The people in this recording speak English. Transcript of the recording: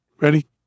Ready